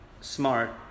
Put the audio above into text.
smart